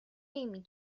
نمی